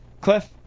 Cliff